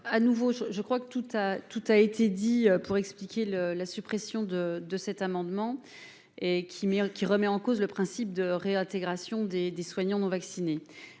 à nouveau, je crois que tout a tout a été dit pour expliquer le la suppression de de cet amendement et qui qui remet en cause le principe de réintégration des des soignants non vaccinés